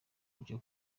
ryo